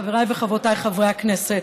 חבריי וחברותיי חברי הכנסת,